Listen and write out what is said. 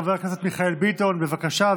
חבר הכנסת מיכאל ביטון, בבקשה.